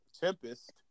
Tempest